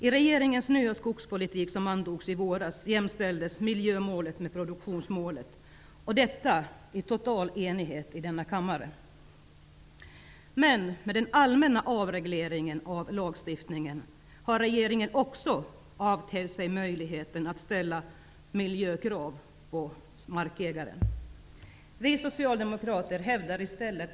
I regeringens nya skogspolitik som antogs i våras jämställdes miljömålet med produktionsmålet, detta i total enighet i denna kammare. Men med den allmänna avregleringen av lagstiftningen har regeringen också avhänt sig möjligheten att ställa miljökrav på markägaren. Skogen anges som en nationell tillgång.